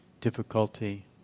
difficulty